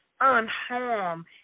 unharmed